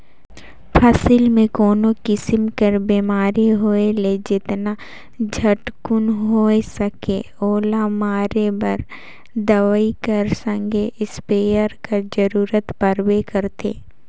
फसिल मे कोनो किसिम कर बेमारी होए ले जेतना झटकुन होए सके ओला मारे बर दवई कर संघे इस्पेयर कर जरूरत परबे करथे